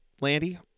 Landy